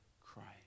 Christ